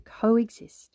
coexist